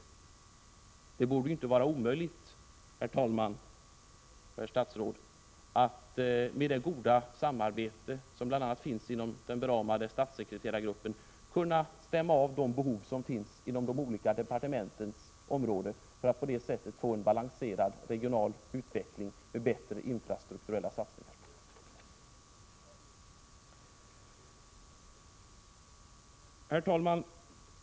Det borde ju inte vara omöjligt, herr talman och herr statsråd, att med det goda samarbete som bl.a. finns inom den beramade statssekreterargruppen stämma av de behov som finns inom de olika departementens områden för att på det sättet få en balanserad regional utveckling med bättre infrastrukturella satsningar. Herr talman!